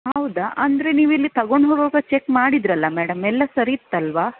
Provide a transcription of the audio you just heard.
ಹೌದಾ ಅಂದರೆ ನೀವಿಲ್ಲಿ ತಗೊಂಡು ಹೋಗುವಾಗ ಚೆಕ್ ಮಾಡಿದ್ದಿರಲ್ಲ ಮೇಡಮ್ ಎಲ್ಲ ಸರಿ ಇತ್ತಲ್ವಾ